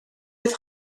oedd